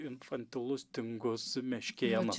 infantilus tingus meškėnas